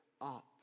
up